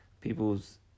People's